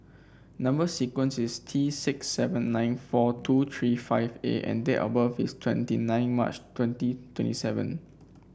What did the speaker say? number sequence is T six seven nine four two three five A and date of birth is twenty nine March twenty twenty seven